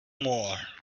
more